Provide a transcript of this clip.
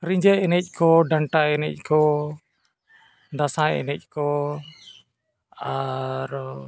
ᱨᱤᱸᱡᱷᱟᱹ ᱮᱱᱮᱡ ᱠᱚ ᱰᱟᱱᱴᱟ ᱮᱱᱮᱡ ᱠᱚ ᱫᱟᱥᱟᱸᱭ ᱮᱱᱮᱡ ᱠᱚ ᱟᱨ